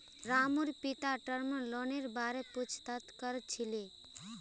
रामूर पिता टर्म लोनेर बार पूछताछ कर छिले